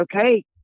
okay